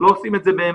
לא עושים את זה באמת.